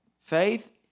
faith